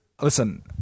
listen